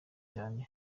cyane